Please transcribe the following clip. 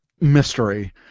mystery